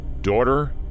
Daughter